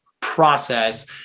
process